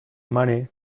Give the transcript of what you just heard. money